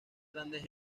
grandes